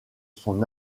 son